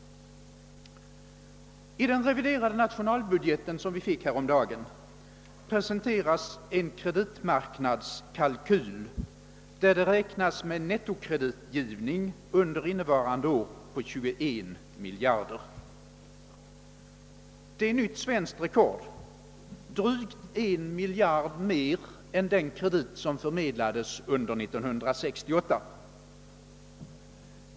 I den reviderade nationalbudgeten, som vi fick häromdagen, presenteras en kreditmarknadskalkyl, där det räknas med en nettokreditgivning under innevarande år på 21 miljarder kronor. Det är nytt svenskt rekord, drygt 1 miljard kronor mer än den kredit som förmedlades under 1968.